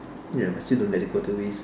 ya but still don't let it go to waste